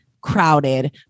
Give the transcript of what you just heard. crowded